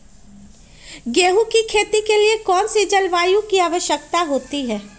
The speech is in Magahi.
गेंहू की खेती के लिए कौन सी जलवायु की आवश्यकता होती है?